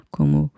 Como